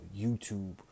YouTube